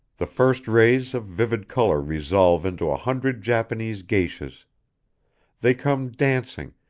the first rays of vivid color resolve into a hundred japanese geishas they come dancing,